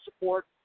support